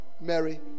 Mary